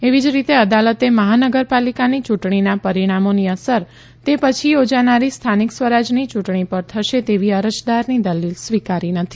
એવી જ રીતે અદાલતે મહાનગરપાલિકાની ચુંટણીના પરીણામોની અસર તે પછી યોજાનારી સ્થાનિક સ્વરાજયની યુંટણી પર થશે તેવી અરજદારની દલીલ સ્વીકારી નથી